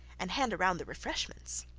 and hand round the refreshments